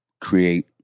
create